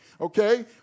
okay